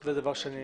זה דבר שאני